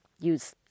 use